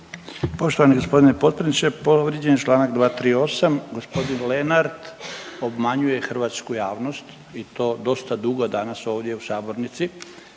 Poštovani g. potpredsjedniče. Povrijeđen je čl. 238., g. Lenart obmanjuje hrvatsku javnosti i to dosta dugo danas ovdje u sabornici.